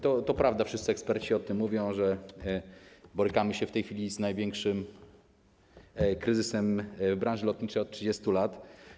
To prawda, wszyscy eksperci mówią, że borykamy się w tej chwili z największym kryzysem w branży lotniczej od 30 lat.